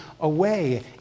away